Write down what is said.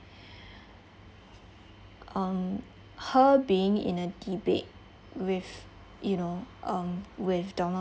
um her being in a debate with you know um with donald